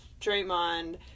Draymond